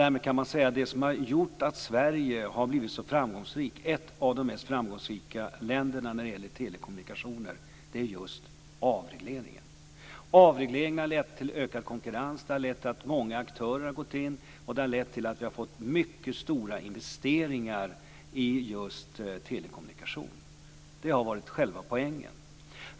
Därmed kan man säga att det som har gjort att Sverige har blivit så framgångsrikt - ett av de mest framgångsrika länderna när det gäller telekommunikationer - är just avregleringen. Avregleringen har lett till ökad konkurrens. Den har lett till att många aktörer har gått in, och den har lett till att vi har fått mycket stora investeringar i just telekommunikation. Det har varit själva poängen.